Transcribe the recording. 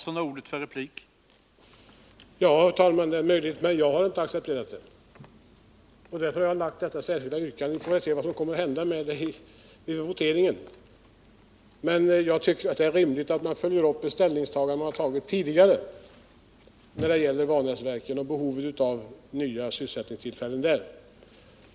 Herr talman! Det är möjligt, men jag har inte accepterat det. Därför har jag framställt mitt särskilda yrkande. Vi får väl se vad voteringen resulterar i. Men jag tycker att det är rimligt att följa upp ett tidigare ställningstagande när det gäller Vanäsverken och behovet av nya sysselsättningstillfällen där.